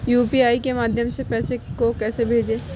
UPI के माध्यम से पैसे को कैसे भेजें?